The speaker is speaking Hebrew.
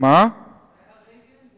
זה היה רייגן,